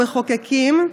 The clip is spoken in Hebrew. המחוקקים,